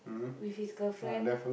with his girlfriend